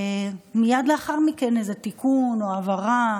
ומייד לאחר מכן איזה תיקון או הבהרה